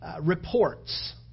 reports